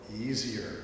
easier